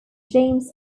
james